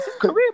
Career